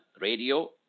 radio